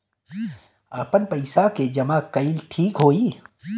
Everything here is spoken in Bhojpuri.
आपन पईसा के जमा कईल ठीक होई?